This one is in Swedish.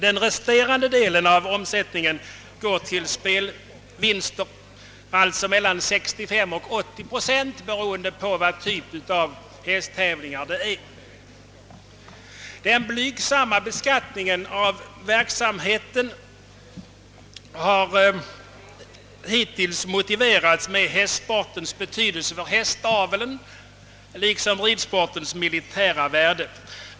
Den resterande delen av omsättningen, alltså mellan 65 och 80 procent, går till spelvinster, beroende på vilken typ av hästtävlingar det gäller. Den blygsamma beskattningen av verksamheten har hittills motiverats med hästsportens betydelse för hästaveln liksom ridsportens militära värde.